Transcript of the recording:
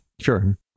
Sure